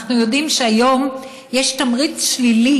אנחנו יודעים שהיום יש תמריץ שלילי